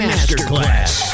Masterclass